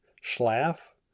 schlaf